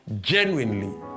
genuinely